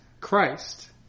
Christ